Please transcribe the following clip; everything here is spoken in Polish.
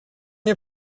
nie